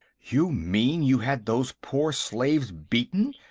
you mean you had those poor slaves beaten?